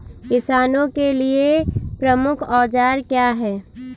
किसानों के लिए प्रमुख औजार क्या हैं?